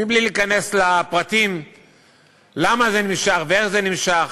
בלי להיכנס לפרטים למה זה נמשך ואיך זה נמשך,